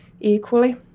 equally